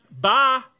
Bye